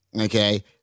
Okay